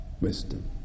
Wisdom